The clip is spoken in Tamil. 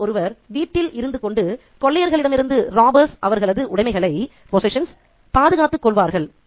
அவர்களில் ஒருவர் வீட்டில் இருந்து கொண்டு கொள்ளையர்களிடமிருந்து அவர்களது உடைமைகளை பாதுகாத்துக் கொள்வார்கள்